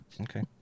okay